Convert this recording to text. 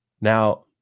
now